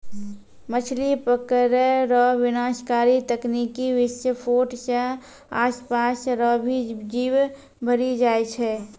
मछली पकड़ै रो विनाशकारी तकनीकी विसफोट से आसपास रो भी जीब मरी जाय छै